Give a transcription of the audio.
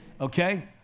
okay